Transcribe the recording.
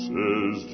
Says